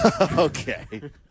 okay